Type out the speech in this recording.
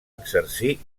exercir